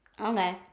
okay